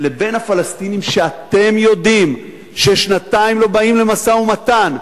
לבין הפלסטינים שאתם יודעים ששנתיים לא באים למשא-ומתן,